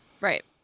Right